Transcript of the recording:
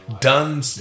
done